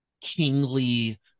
kingly